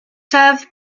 served